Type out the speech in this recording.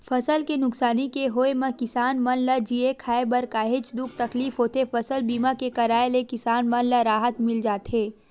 फसल के नुकसानी के होय म किसान मन ल जीए खांए बर काहेच दुख तकलीफ होथे फसल बीमा के कराय ले किसान मन ल राहत मिल जाथे